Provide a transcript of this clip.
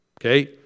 okay